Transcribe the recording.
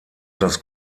das